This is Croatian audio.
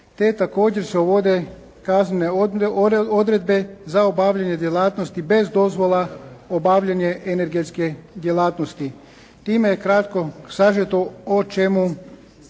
te također se uvode kaznene odredbe za obavljanje djelatnosti bez dozvola, obavljanje energetske djelatnosti. Time je kratko sažeto o čemu